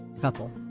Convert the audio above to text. couple